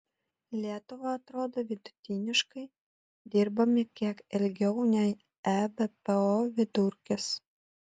lietuva atrodo vidutiniškai dirbame kiek ilgiau nei ebpo vidurkis